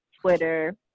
Twitter